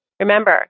Remember